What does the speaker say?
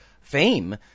fame